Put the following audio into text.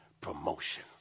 promotion